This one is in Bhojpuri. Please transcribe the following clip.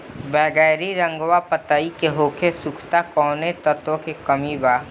बैगरी रंगवा पतयी होके सुखता कौवने तत्व के कमी बा?